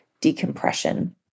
decompression